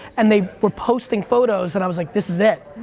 and they were posting photos and i was like, this is it.